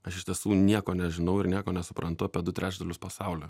aš iš tiesų nieko nežinau ir nieko nesuprantu apie du trečdalius pasaulio